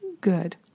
good